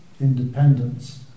independence